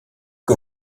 que